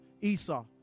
Esau